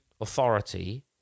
authority